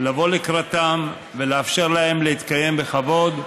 לבוא לקראתם ולאפשר להם להתקיים בכבוד.